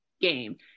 game